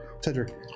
Cedric